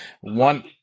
One